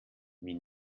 wie